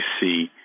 see